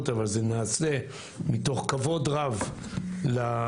אבל זה נעשה מתוך כבוד רב לאנשים,